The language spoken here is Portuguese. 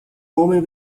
homem